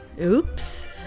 oops